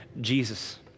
Jesus